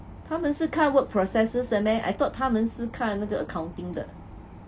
他们是看 work processes 的 meh I thought 他们是看那个 accounting 的